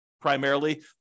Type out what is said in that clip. primarily